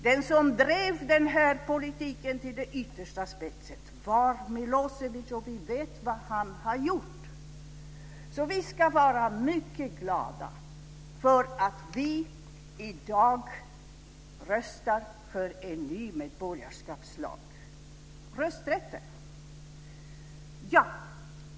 Den som drev politiken till sin yttersta spets var Milosevic och vi vet vad han har gjort, så vi ska vara mycket glada för att vi i dag röstar för en ny medborgarskapslag. Så till rösträtten.